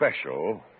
special